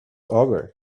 over